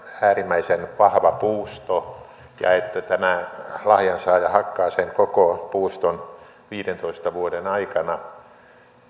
äärimmäisen vahva puusto ja että tämä lahjansaaja hakkaa sen koko puuston viidentoista vuoden aikana